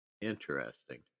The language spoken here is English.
Interesting